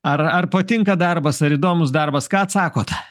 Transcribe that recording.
ar ar patinka darbas ar įdomus darbas ką atsakote